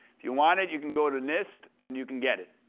if you want it, you can go to nist, and you can get it.